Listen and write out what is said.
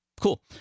Cool